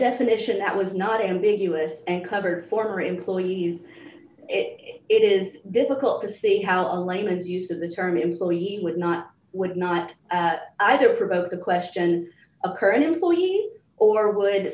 definition that was not ambiguous and covered former employees it is difficult to see how a layman's use of the term employee was not would not either or both the question of current employee or would